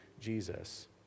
Jesus